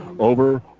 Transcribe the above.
Over